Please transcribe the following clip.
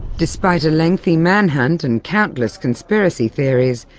despite a lengthy manhunt and countless conspiracy theories,